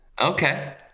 Okay